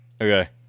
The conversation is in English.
Okay